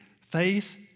Faith